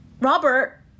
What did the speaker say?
Robert